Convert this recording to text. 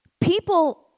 people